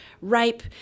Rape